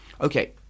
okay